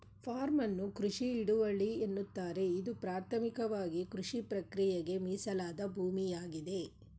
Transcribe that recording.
form ಅನ್ನು ಕೃಷಿ ಹಿಡುವಳಿ ಎನ್ನುತ್ತಾರೆ ಇದು ಪ್ರಾಥಮಿಕವಾಗಿಕೃಷಿಪ್ರಕ್ರಿಯೆಗೆ ಮೀಸಲಾದ ಭೂಮಿಯಾಗಿದೆ